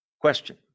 Question